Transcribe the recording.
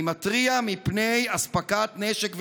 אני מתריע מפני אספקת נשק,